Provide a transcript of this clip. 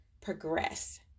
progress